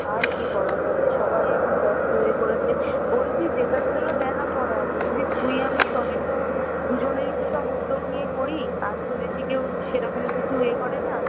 আর কী করা যাবে সবাই এখন ব্যস্ত হয়ে পড়েছে বলছি যেটার জন্য দেখা করা বলছি তুই আমি সবই তো দুজনেই তো সব উদ্যোগ নিয়ে করি আর তো বেশ কেউ সেরকম কিছু এ করে না